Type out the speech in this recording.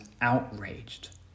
outraged